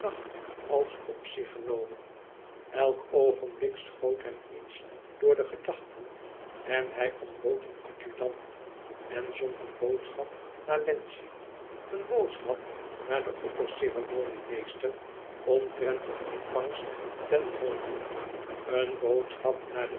als op zich genomen elk oogenblik schoot hem iets door de gedachten en hij ontbood een adjudant en zond een boodschap naar wlenzci een boodschap naar den opperceremoniemeester omtrent de ontvangst ten hove een boodschap naar den